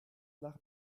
nach